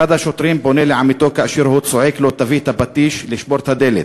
אחד השוטרים פונה לעמיתו וצועק לו: תביא את הפטיש לשבור את הדלת.